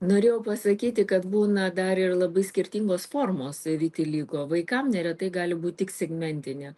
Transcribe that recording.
norėjau pasakyti kad būna dar ir labai skirtingos formos vitiligo vaikam neretai gali būt tik segmentinė